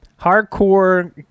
Hardcore